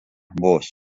vos